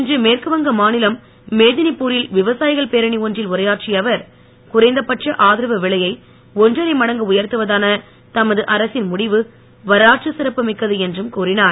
இன்று மேற்குவங்க மாநிலம் மேதினிபூரில் விவசாயிகள் பேரணி ஒன்றில் உரையாற்றிய அவர் குறைந்தபட்ச ஆதரவு விலையை ஒன்றரை மடங்கு உயர்த்துவதான தமது அரசின் முடிவு வரலாற்று சிறப்பு மிக்கது என்றும் கூறினார்